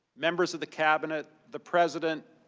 members of the cabinet, the president,